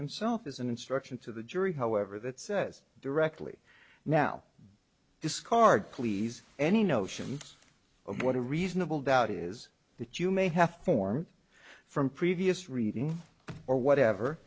himself is an instruction to the jury however that says directly now discard please any notion of what a reasonable doubt is that you may have formed from previous reading or whatever